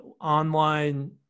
online